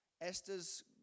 Esther's